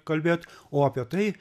kalbėt o apie tai